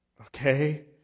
okay